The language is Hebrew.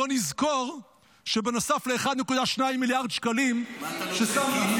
בוא נזכור שבנוסף ל-1.2 מיליארד שקלים ששמת --- מה אתה לא אוכל?